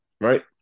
right